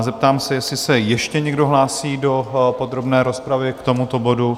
Zeptám se, jestli se ještě někdo hlásí do podrobné rozpravy k tomuto bodu?